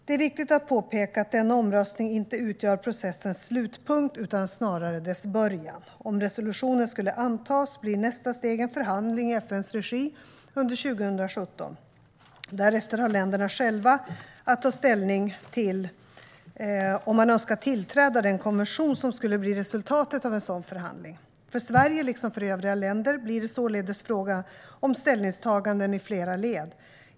Det är viktigt att påpeka att denna omröstning inte utgör processens slutpunkt utan snarare dess början. Om resolutionen skulle antas blir nästa steg en förhandling i FN:s regi under 2017. Därefter har länderna själva att ta ställning till om man önskar tillträda den konvention som skulle bli resultatet av en sådan förhandling. För Sverige, liksom för övriga länder, blir det således fråga om ställningstaganden i flera led.